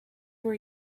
were